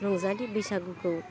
रंजालि बैसागोखौ